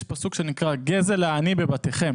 יש פסוק שנקרא גְּזֵלַת הֶעָנִי בְּבָתֵּיכֶם